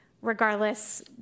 Regardless